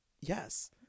yes